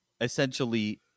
essentially